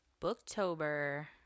Booktober